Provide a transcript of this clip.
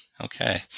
Okay